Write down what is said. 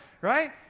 Right